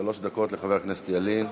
שלוש דקות לחבר הכנסת ילין.